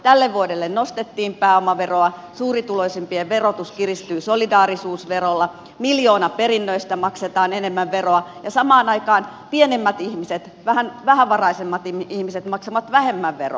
tälle vuodelle nostettiin pääomaveroa suurituloisimpien verotus kiristyy solidaarisuusverolla miljoonaperinnöistä maksetaan enemmän veroa ja samaan aikaan pienemmät ihmiset vähän vähävaraisemmat ihmiset maksavat vähemmän veroa